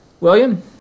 William